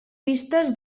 vistes